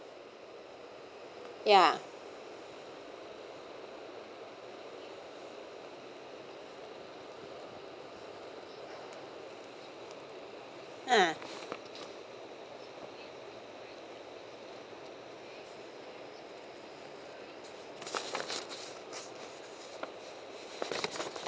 ya uh